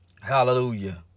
Hallelujah